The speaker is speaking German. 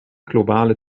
globale